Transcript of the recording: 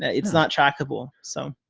it's not trackable, so.